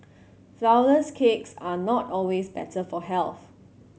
flourless cakes are not always better for health